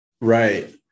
Right